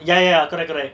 ya ya correct correct